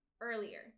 earlier